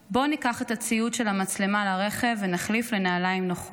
בוא ניקח את הציוד של המצלמה לרכב ונחליף לנעליים נוחות.